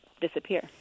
disappear